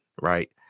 right